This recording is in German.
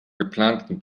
geplanten